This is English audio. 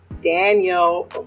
daniel